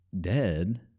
dead